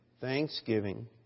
thanksgiving